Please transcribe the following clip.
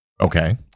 Okay